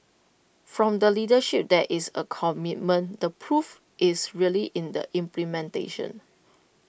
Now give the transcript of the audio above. from the leadership there is A commitment the proof is really in the implementation